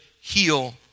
heal